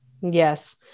Yes